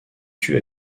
tue